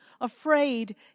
afraid